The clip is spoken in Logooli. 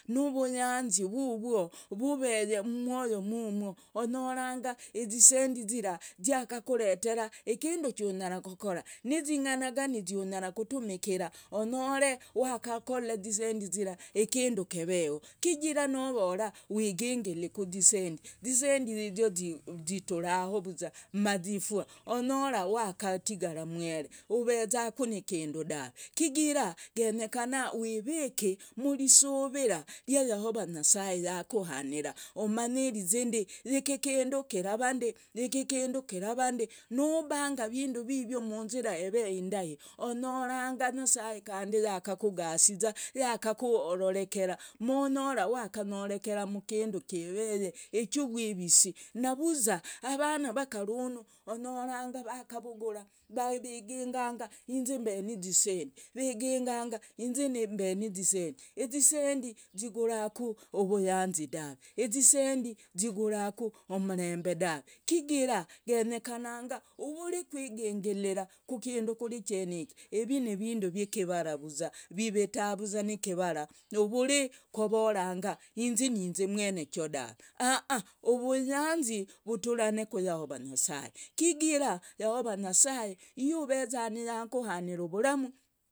Nuvuyanzi vuvwo vuveye mmwoyo mumwo onyoranga zisendi zira ziakakoretera kindu chunyara kokora, niziganagani ziunyara kutumikira onyore wakakola zisendi zira kindu keveho. Kigira novora wigingili kuzisendi, zisendi izio zituraho vuza mazifwa. Onyora wakatigara umwere, ovezaku ni kindu dave. Kigira genyekana wiviki murisuvira ria yahova nyasaye yakuhanira, umanyirize ndi, yiki kindu kirava ndi, yiki kindu kirava ndi, nubanga vindu vivyo munzira eveho indahi onyoranga nyasaye kandi yakakugasiza, yakakurorekera monyora wakanyoreka mukindu kive ichuvwivisi. Navuza vana vakarunu onyoranga vakavugura viginganga inze mbe nizisendi, viginganga inze mbe nizisendi, izisendi ziguraku vuyanzi dave. Izisendi ziguraku umurembe dave kigira genyekana uvuri kwigingila kukindu kuri icheniki, yivi nivindu vyi kivara vuzwa, vivitaza nikivara, uvuri kovoranga inze ni inze mwene cho dave. Vuyanzi vuturane ku yahova nyasaye. Iye aveza yakuhanira uvuramu.